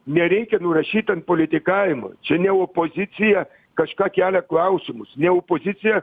nereikia nurašyt ant politikavimo čia ne opozicija kažką kelia klausimus ne opozicija